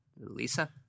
Lisa